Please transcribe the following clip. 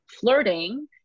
flirting